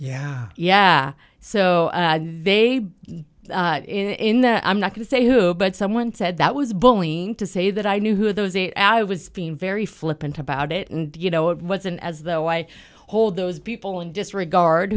yeah yeah so they in that i'm not going to say who but someone said that was bullying to say that i knew who those eight out i was being very flippant about it and you know it wasn't as though i hold those people in disregard